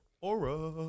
aura